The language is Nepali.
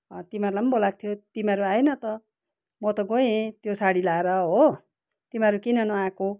तिमीहरूलाई नि बोलाएको थियो तिमीहरू आएन त म त गएँ त्यो साडी लाएर हो तिमीहरू किन नआएको